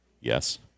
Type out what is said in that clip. Yes